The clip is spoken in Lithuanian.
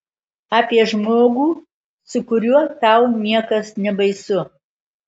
apie žmogų su kuriuo tau niekas nebaisu